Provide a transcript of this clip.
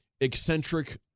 eccentric